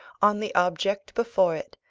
on the object before it,